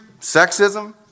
sexism